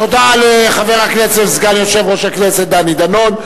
תודה לחבר הכנסת סגן יושב-ראש הכנסת דני דנון.